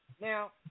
Now